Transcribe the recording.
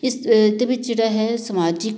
ਇਸ ਦੇ ਵਿੱਚ ਜਿਹੜਾ ਹੈ ਸਮਾਜਿਕ